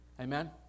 Amen